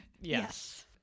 Yes